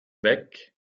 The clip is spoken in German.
weg